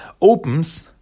opens